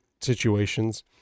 situations